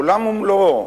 עולם ומלואו.